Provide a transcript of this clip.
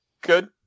Good